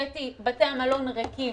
בתי המלון ריקים.